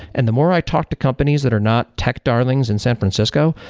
and the more i talk to companies that are not tech darlings in san francisco,